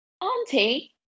Auntie